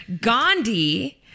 Gandhi